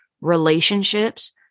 relationships